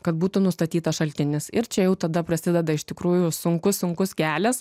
kad būtų nustatytas šaltinis ir čia jau tada prasideda iš tikrųjų sunkus sunkus kelias